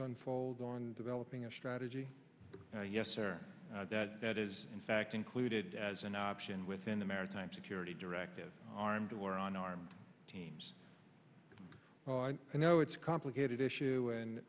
unfold on developing a strategy yes or that that is in fact included as an option within the maritime security directive armed or unarmed teens i know it's a complicated issue